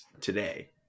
today